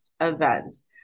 events